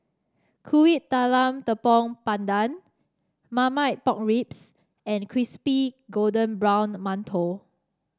Kuih Talam Tepong Pandan Marmite Pork Ribs and Crispy Golden Brown Mantou